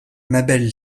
mabel